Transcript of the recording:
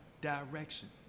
direction